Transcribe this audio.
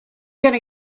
gonna